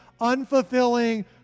unfulfilling